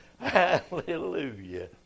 Hallelujah